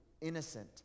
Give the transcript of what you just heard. innocent